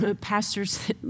pastors